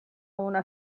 una